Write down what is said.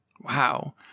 Wow